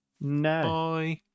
no